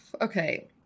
Okay